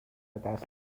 دست